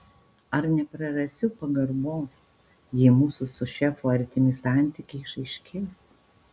ar neprarasiu pagarbos jei mūsų su šefu artimi santykiai išaiškės